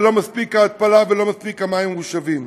ולא מספיקה ההתפלה ולא מספיקים המים המוּשבים.